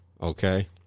okay